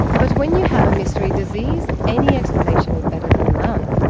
but when you have a mystery disease, any explanation is better than none.